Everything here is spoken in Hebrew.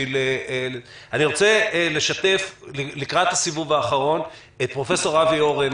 אני רוצה לשתף לקראת הסיבוב האחרון את פרופ' אבי אורן,